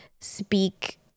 speak